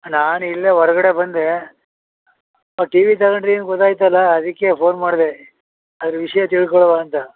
ನಾನು ಇಲ್ಲೇ ಹೊರ್ಗಡೆ ಬಂದೆ ಟಿ ವಿ ತಗೊಂಡ್ರಿ ಅಂತ ಗೊತ್ತಾಯಿತಲ್ಲ ಅದಕ್ಕೆ ಫೋನ್ ಮಾಡಿದೆ ಅದು ವಿಷಯ ತಿಳ್ಕೊಳಣ ಅಂತ